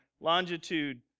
longitude